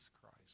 Christ